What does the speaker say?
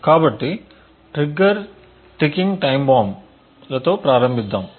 కాబట్టి trigger ticking time బాంబులతో ప్రారంభిద్దాం